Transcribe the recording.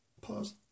Pause